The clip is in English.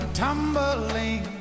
tumbling